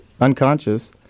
unconscious